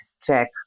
check